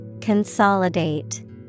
Consolidate